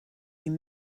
you